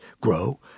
grow